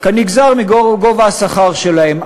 כנגזר מגובה השכר שלהם.